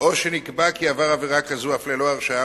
או שנקבע כי עבר עבירה כזו אף ללא הרשעה,